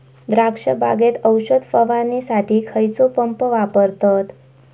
द्राक्ष बागेत औषध फवारणीसाठी खैयचो पंप वापरतत?